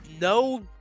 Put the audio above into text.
no